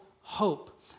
hope